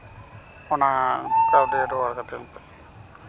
ᱚᱱᱟ ᱠᱟᱹᱣᱰᱤ ᱨᱩᱣᱟᱹᱲ ᱠᱟᱹᱛᱤᱧ ᱯᱮ